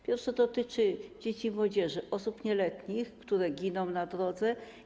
Pierwsze dotyczy dzieci i młodzieży, osób nieletnich, które giną na drodze.